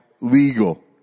legal